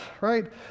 right